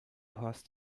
horst